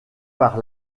par